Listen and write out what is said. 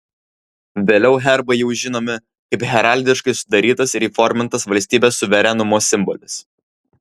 vėliau herbai jau žinomi kaip heraldiškai sudarytas ir įformintas valstybės suverenumo simbolis